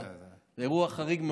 אירוע חריג מאוד.